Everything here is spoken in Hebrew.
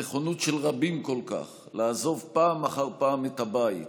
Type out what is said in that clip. הנכונות של רבים כל כך לעזוב פעם אחר פעם את הבית,